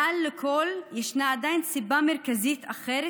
מעל לכול ישנה עדיין סיבה מרכזית אחרת,